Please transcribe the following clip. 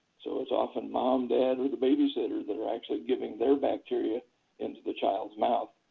so it's often mom, dad, or the babysitter that are actually giving their bacteria into the child's mouth.